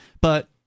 But-